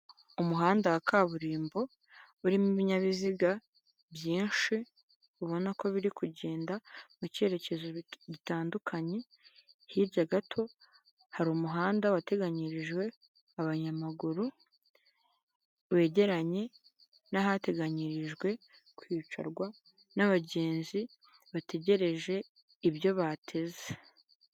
Umuhanda wa kaburimbo urimo ibinyabiziga byinshi ubona ko biri kugenda mu cyerekezo bitandukanye, hirya gato hari umuhanda wateganyirijwe abanyamaguru wegeranye n'ahateganyirijwe kwicarwa n'abagenzi bategereje ibyo bateze.